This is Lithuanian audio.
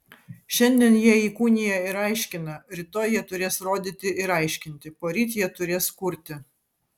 šiandien jie įkūnija ir aiškina rytoj jie turės rodyti ir aiškinti poryt jie turės kurti